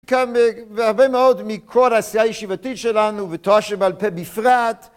כאן והרבה מאוד מכל העשייה הישיבתית שלנו ותורה שבעל פה בפרט